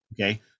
Okay